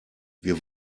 wir